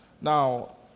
Now